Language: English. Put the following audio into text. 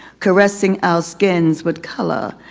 caressing our skins with color.